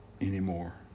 anymore